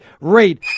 rate